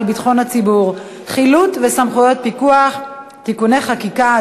ביטחון הציבור (חילוט וסמכויות פיקוח) (תיקוני חקיקה),